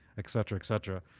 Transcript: et cetera, et cetera.